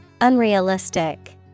Unrealistic